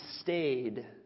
stayed